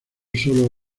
solo